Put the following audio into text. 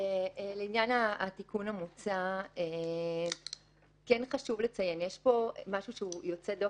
לעניין התיקון המוצע כן חשוב לציין שיש פה משהו שהוא יוצא דופן,